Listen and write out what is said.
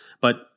but-